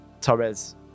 torres